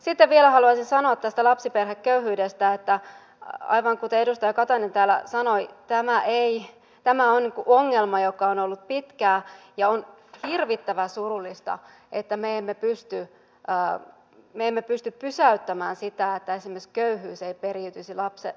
sitten vielä haluaisin sanoa tästä lapsiperheköyhyydestä että aivan kuten edustaja katainen täällä sanoi tämä on ongelma joka on ollut pitkään ja on hirvittävän surullista että me emme pysty pysäyttämään sitä että esimerkiksi köyhyys ei periytyisi lapselle